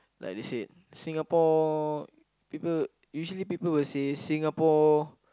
like they said Singapore people usually people will say Singapore